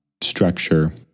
structure